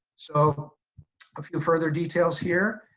so a few further details here.